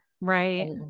Right